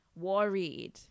worried